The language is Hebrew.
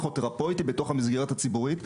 הפסיכותרפויטי בתוך המסגרת הציבורית.